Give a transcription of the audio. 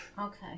Okay